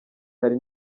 hari